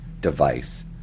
device